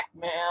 man